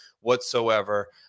whatsoever